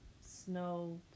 snow